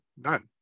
none